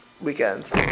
weekend